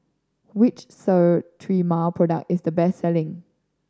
which Sterimar product is the best selling